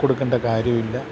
കൊടുക്കേണ്ട കാര്യമില്ല